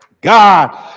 God